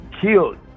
killed